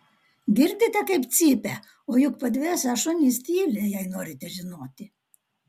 girdite kaip cypia o juk padvėsę šunys tyli jei norite žinoti